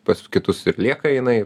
pas kitus ir lieka jinai